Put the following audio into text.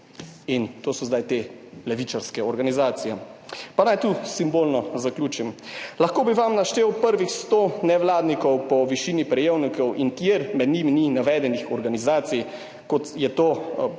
In to so zdaj te levičarske organizacije. Pa naj tu simbolno zaključim. Lahko bi vam naštel prvih 100 nevladnikov po višini prejemkov, kjer med njimi ni navedenih organizacij, kot je to predlagatelj